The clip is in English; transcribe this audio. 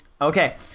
Okay